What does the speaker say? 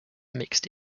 mixed